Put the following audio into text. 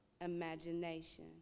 imagination